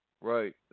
Right